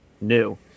new